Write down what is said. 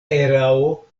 erao